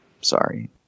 sorry